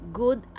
good